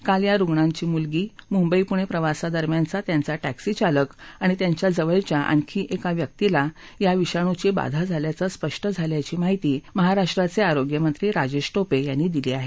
काल या रुग्णांची मुलगी मुंबई पुणे प्रवासादरम्यानचा त्यांचा टॅक्सी चालक आणि त्यांच्या जवळच्या आणखी एका व्यक्तीला या विषाणूची बाधा झाल्याचं स्पष्ट झाल्याची माहिती महाराष्ट्राचे आरोग्य मंत्री राजेश टोपे यांनी दिली आहे